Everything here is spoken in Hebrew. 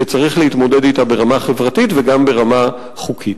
שצריך להתמודד אתה ברמה חברתית וגם ברמה חוקית.